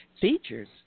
Features